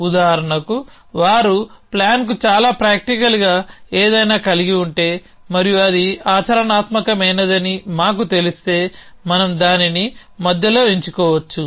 ఉదాహరణకు వారు ప్లాన్కు చాలా ప్రాక్టికల్గా ఏదైనా కలిగి ఉంటే మరియు అది ఆచరణాత్మకమైనదని మాకు తెలిస్తే మనం దానిని మధ్యలో ఎంచుకోవచ్చు